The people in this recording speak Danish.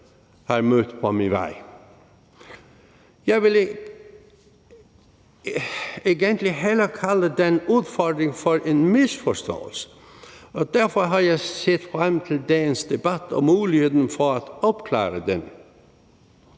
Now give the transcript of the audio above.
egentlig hellere kalde den udfordring for en misforståelse, og derfor har jeg set frem til dagens debat og muligheden for at opklare den